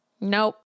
Nope